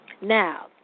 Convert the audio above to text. Now